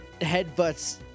headbutts